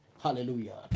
Hallelujah